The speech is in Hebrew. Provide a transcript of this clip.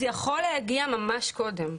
זה יכול להגיע ממש קודם,